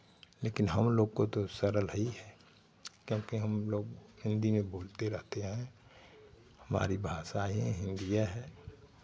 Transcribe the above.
लेकिन हम लोग को तो सरल हइ है क्योंकि हम लोग हिन्दी में बोलते रहते हैं हमारी भाषा ही हिन्दिए है